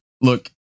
look